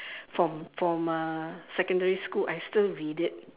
from from uh secondary school I still read it